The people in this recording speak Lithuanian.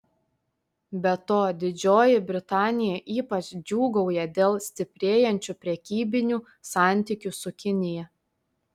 be to didžioji britanija ypač džiūgauja dėl stiprėjančių prekybinių santykių su kinija